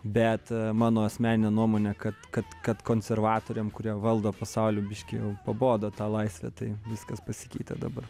bet mano asmenine nuomone kad kad kad konservatoriam kurie valdo pasaulį biškį jau pabodo ta laisve tai viskas pasikeitė dabar